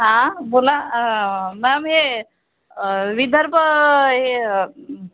हा बोला मॅम हे विदर्भ हे य